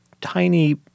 tiny